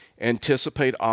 Anticipate